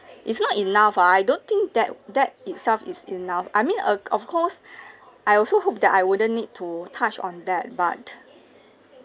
it's not enough ah I don't think that that itself is enough I mean uh of course I also hope that I wouldn't need to touch on that but